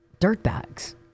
dirtbags